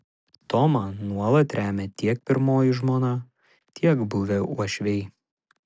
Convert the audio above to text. tomą nuolat remia tiek pirmoji žmona tiek buvę uošviai